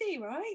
right